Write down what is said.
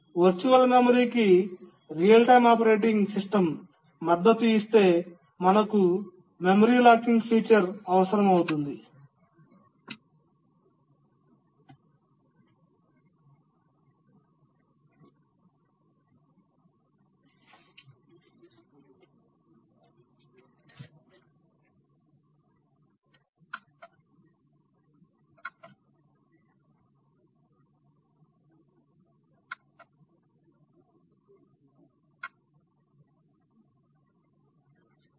virtual మెమరీకి real time operating system మద్దతు ఇస్తే మనకు మెమరీ లాకింగ్ ఫీచర్ అవసరం